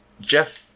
Jeff